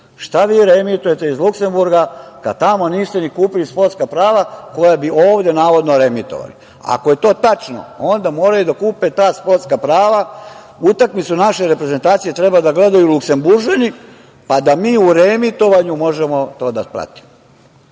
Šta vi reemitujete iz Luksemburga kada tamo niste ni kupili sportska prava koja bi ovde navodno reemitovali. Ako je to tačno, onda moraju da kupe ta sportska prava, utakmicu naše reprezentacije treba da gledaju Luksemburžani, a da mi u reemitovanju možemo to da pratimo.Zašto